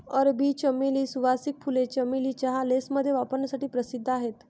अरबी चमेली, सुवासिक फुले, चमेली चहा, लेसमध्ये वापरण्यासाठी प्रसिद्ध आहेत